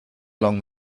along